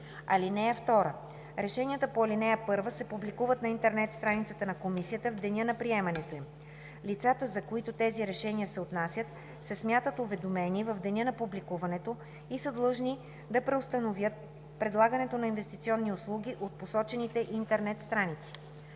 първо. (2) Решенията по ал. 1 се публикуват на интернет страницата на комисията в деня на приемането им. Лицата, за които тези решения са отнасят, се смятат уведомени в деня на публикуването и са длъжни да преустановят предлагането на инвестиционни услуги от посочените интернет страници.